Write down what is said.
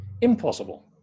impossible